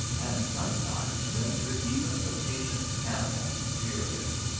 and sometimes render even the patient camel furious.